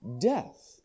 death